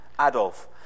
Adolf